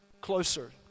closer